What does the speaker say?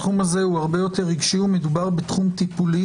התחום הזה הוא הרבה יותר רגשי ומדובר בתחום טיפולי,